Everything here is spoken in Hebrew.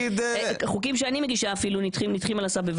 חוקים שאני מגישה נדחים על הסף.